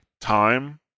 time